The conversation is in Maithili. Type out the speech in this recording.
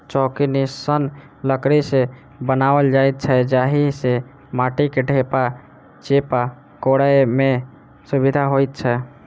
चौकी निस्सन लकड़ी सॅ बनाओल जाइत छै जाहि सॅ माटिक ढेपा चेपा फोड़य मे सुविधा होइत छै